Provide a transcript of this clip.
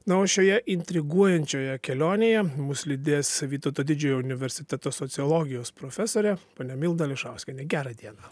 na o šioje intriguojančioje kelionėje mus lydės vytauto didžiojo universiteto sociologijos profesorė ponia milda ališauskienė gerą dieną